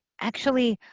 actually